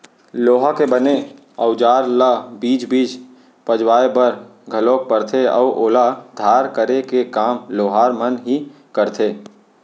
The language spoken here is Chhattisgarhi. लोहा के बने अउजार ल बीच बीच पजवाय बर घलोक परथे अउ ओला धार करे के काम लोहार मन ही करथे